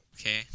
Okay